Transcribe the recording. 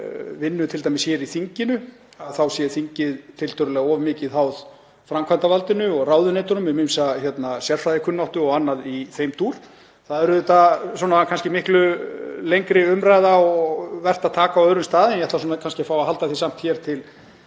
vinnu, t.d. hér í þinginu, þá sé þingið tiltölulega of mikið háð framkvæmdarvaldinu og ráðuneytunum um ýmsa sérfræðikunnáttu og annað í þeim dúr. Það er kannski miklu lengri umræða og vert að taka á öðrum stað en ég ætla kannski að fá að halda því samt til